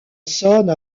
saône